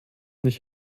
nicht